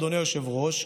אדוני היושב-ראש,